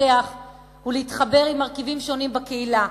להתפתח ולהתחבר עם מרכיבים שונים בקהילה.